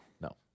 no